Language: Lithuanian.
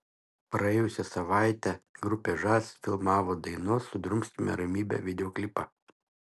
praėjusią savaitę grupė žas filmavo dainos sudrumskime ramybę videoklipą